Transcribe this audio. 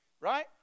right